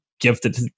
gifted